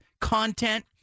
content